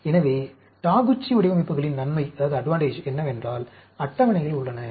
எனவே டாகுச்சி வடிவமைப்புகளின் நன்மை என்னவென்றால் அட்டவணைகள் உள்ளன